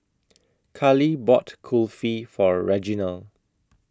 Carli bought Kulfi For Reginal